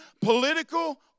political